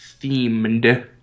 themed